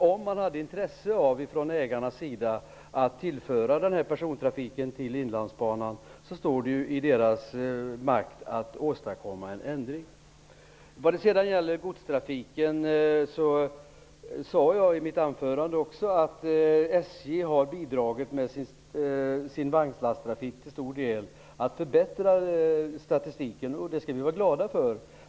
Om man från ägarnas sida har intresse av att tillföra persontrafiken till Inlandsbanan står det i deras makt att åstadkomma en ändring. Vad sedan gäller godstrafiken sade jag i mitt anförande att SJ med sin vagnslasttrafik till stor del har bidragit till att förbättra statistiken, och det skall vi vara glada för.